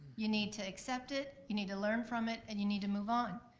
you need to accept it, you need to learn from it, and you need to move on,